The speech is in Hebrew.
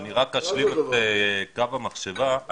אני אשלים את קו המחשבה.